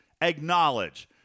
acknowledge –